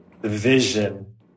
vision